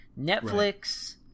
Netflix